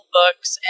books